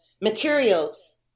materials